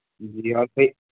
جی یہاں پہ